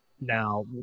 now